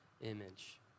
image